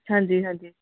ਹਾਂਜੀ ਹਾਂਜੀ